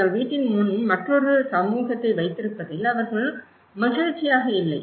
தங்கள் வீட்டின் முன் மற்றொரு சமூகத்தை வைத்திருப்பதில் அவர்கள் மகிழ்ச்சியாக இல்லை